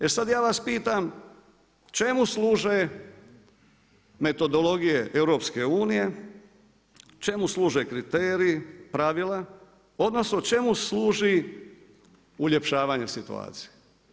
E sada ja vas pitam, čemu služe metodologije EU, čemu služe kriteriji, pravila odnosno čemu služi uljepšavanje situacije?